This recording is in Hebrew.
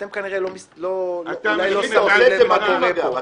אתם אולי לא שמתם לב מה קורה פה.